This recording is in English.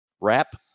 wrap